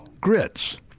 Grits